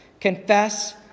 Confess